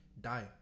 die